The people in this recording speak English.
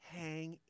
hang